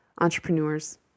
entrepreneurs